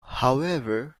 however